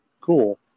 cool